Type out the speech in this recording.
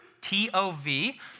T-O-V